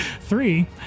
Three